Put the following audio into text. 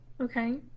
okay